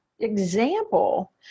Example